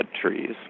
trees